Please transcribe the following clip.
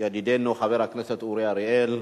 ידידנו חבר הכנסת אורי אריאל,